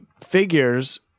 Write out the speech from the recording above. figures